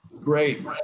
great